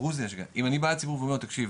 אם אני בא לציבור ואומר תקשיב,